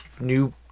New